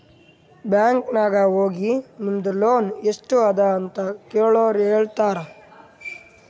bank ನಾಗ್ ಹೋಗಿ ನಿಮ್ದು ಲೋನ್ ಎಸ್ಟ್ ಅದ ಅಂತ ಕೆಳುರ್ ಹೇಳ್ತಾರಾ